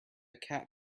cat